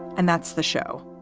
and that's the show.